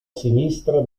sinistra